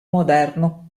moderno